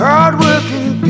Hard-working